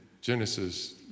Genesis